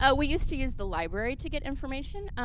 ah we used to use the library to get information,